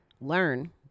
learn